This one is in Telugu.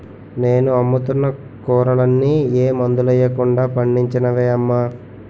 నేను అమ్ముతున్న కూరలన్నీ ఏ మందులెయ్యకుండా పండించినవే అమ్మా